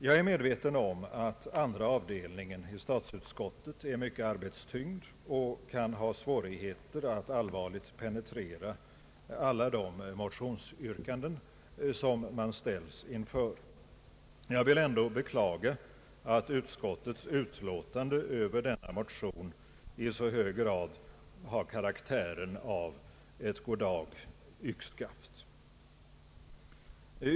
Jag är medveten om att andra avdelningen i statsutskottet är mycket arbetstyngd och kan ha svårigheter att allvarligt penetrera alla de motionsyrkanden som man ställs inför. Jag vill ändå beklaga att utskottets utlåtande över denna motion i så hög grad har karaktären av goddag-yxskaft.